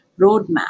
roadmap